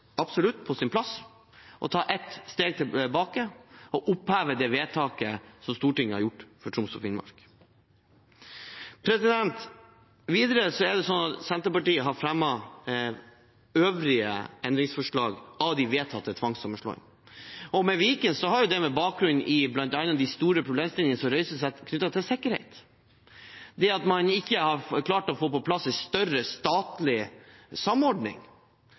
absolutt på sin plass å ta ett steg tilbake og oppheve det vedtaket som Stortinget har gjort for Troms og Finnmark. Videre er det slik at Senterpartiet har fremmet øvrige endringsforslag om de vedtatte tvangssammenslåingene. Når det gjelder Viken, har det bakgrunn i de store problemstillingene som er reist knyttet til sikkerhet, det at man ikke har klart å få på plass en større statlig samordning